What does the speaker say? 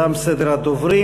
תם סדר הדוברים.